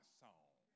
song